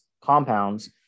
compounds